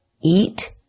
eat